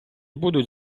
будуть